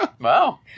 Wow